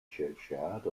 churchyard